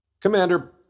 Commander